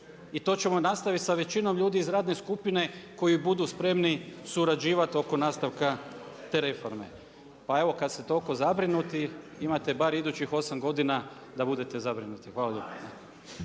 I to ćemo nastaviti sa većinom ljudi iz radne skupine koji budu spremni surađivati oko nastavka te reforme. Pa evo kada ste toliko zabrinuti imate bar idućih 8 godina da budete zabrinuti. Hvala lijepa.